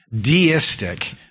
deistic